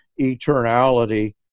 eternality